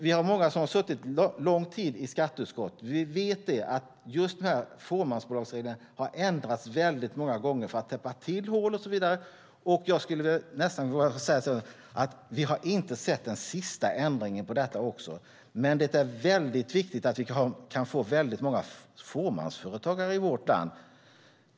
Vi är många som har suttit lång tid i skatteutskottet, och vi vet att just fåmansbolagsreglerna har ändrats många gånger för att täppa till hål och så vidare. Jag skulle nästan vilja säga att vi inte har sett den sista ändringen i detta, men det är viktigt att vi kan få många fåmansföretagare i vårt land.